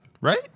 Right